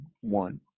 one